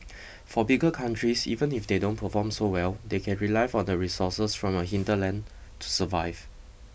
for bigger countries even if they don't perform so well they can rely on the resources from your hinterland to survive